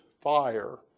fire